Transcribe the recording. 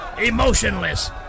Emotionless